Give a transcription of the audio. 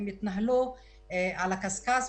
הן התנהלו על הקשקש.